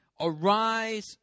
Arise